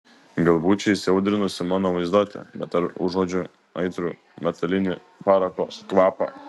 galbūt čia įsiaudrinusi mano vaizduotė bet ar užuodžiu aitrų metalinį parako kvapą